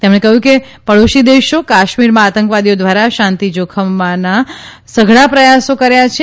તેમણે કહ્યું કે પડોશી દેશે કાશ્મીરમાં આતંકવાદીઓ દ્વારા શાંતિ જાખમાવાના સઘળા પ્રથાસો કર્યા છે